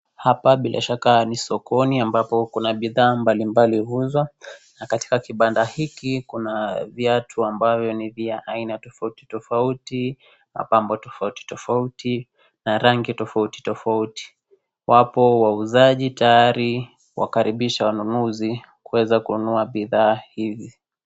Hapa bila shaka ni sokoni ambapo kuna bidhaa mbalimbali huuzwa na katika kibanda huiki kuna viatu ambavyo ni vya aina tofauti tofauti ,mapambo tofauti tofauti na rangi tofauti tofauti wapo wauzaji tayari kuwakaribisha wanunuzi kuweza kununua bidhaa hizi.